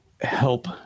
help